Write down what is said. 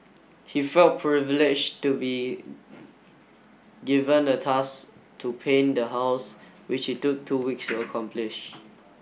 he felt privileged to be given the task to paint the house which he took two weeks accomplish